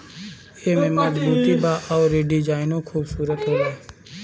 एमे मजबूती बा अउर डिजाइनो खुबसूरत होला